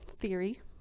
theory